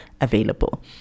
available